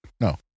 No